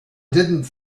didn’t